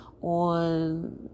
on